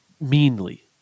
meanly